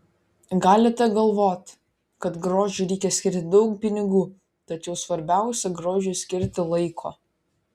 galite galvoti kad grožiui reikia skirti daug pinigų tačiau svarbiausia grožiui skirti laiko